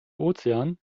ozean